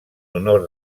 honor